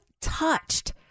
touched